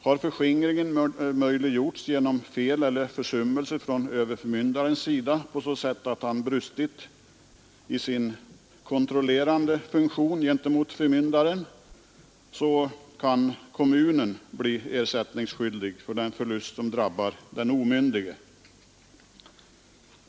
Har förskingringen möjliggjorts genom fel eller försummelse från överförmyndares sida på så sätt, att han brustit i sin kontrollerande funktion gentemot förmyndaren, kan kommunen bli ersättningsskyldig för den förlust som drabbar den omyndige.